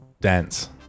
Dance